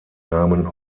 namen